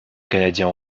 canadiens